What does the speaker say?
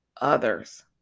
others